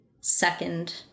second